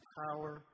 power